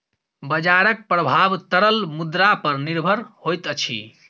बजारक प्रभाव तरल मुद्रा पर निर्भर होइत अछि